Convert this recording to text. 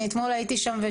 אני אתמול הייתי שם.